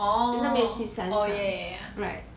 orh orh ya ya ya